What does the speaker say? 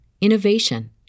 innovation